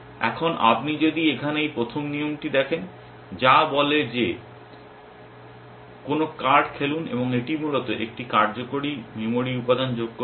এখন আপনি যদি এখানে এই প্রথম নিয়মটি দেখেন যা বলে যে কোনো কার্ড খেলুন এটি মূলত একটি কার্যকরী মেমরি উপাদান যোগ করছে